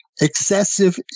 excessive